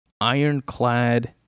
ironclad